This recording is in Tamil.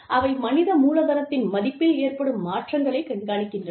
அவை மனித மூலதனத்தின் மதிப்பில் ஏற்படும் மாற்றங்களைக் கண்காணிக்கின்றன